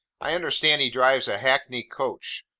i understand he drives a hackney-coach,